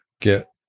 get